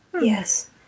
Yes